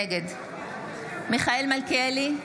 נגד מיכאל מלכיאלי,